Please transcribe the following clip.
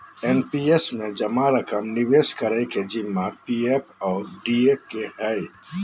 NPS में जमा रकम निवेश करे के जिम्मा पी.एफ और डी.ए के हइ